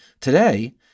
Today